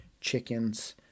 chickens